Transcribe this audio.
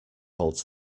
holds